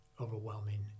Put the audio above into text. overwhelming